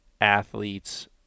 athlete's